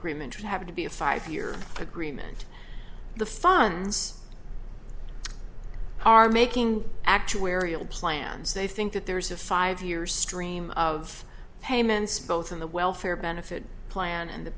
agreement you have to be a five year agreement the funds are making actuarial plans they think that there's a five year stream of payments both in the welfare benefit plan and the